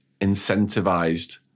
incentivized